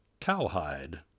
Cowhide